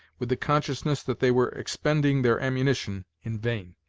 with the consciousness that they were expending their ammunition in vain.